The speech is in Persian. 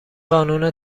قانون